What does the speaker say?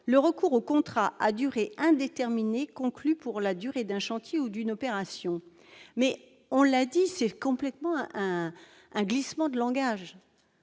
le recours aux contrats à durée indéterminée conclu pour la durée d'un chantier ou d'une opération mais on l'a dit, c'est complètement un glissement de langage,